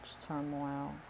turmoil